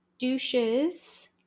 douches